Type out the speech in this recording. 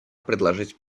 предложить